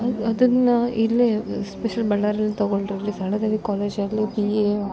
ಅದನ್ನು ಇಲ್ಲಿ ಸ್ಪೆಷಲ್ ಬಳ್ಳಾರಿಲಿ ತಗೊಂಡ್ರಲ್ಲಿ ಸರಳಾ ದೇವಿ ಕಾಲೇಜಲ್ಲಿ ಬಿ ಎ